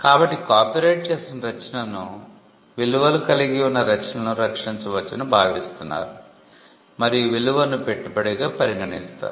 కాబట్టి కాపీరైట్ చేసిన రచనలు విలువను కలిగి ఉన్న రచనలను రక్షించవచ్చని భావిస్తున్నారు మరియు విలువను పెట్టుబడిగా పరిగణిస్తారు